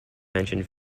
mentioned